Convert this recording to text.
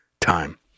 time